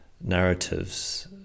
narratives